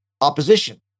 opposition